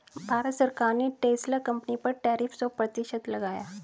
भारत सरकार ने Tesla company पर टैरिफ सो प्रतिशत लगाया